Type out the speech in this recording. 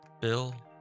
Bill